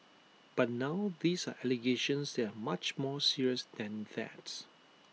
but now these are allegations that are much more serious than that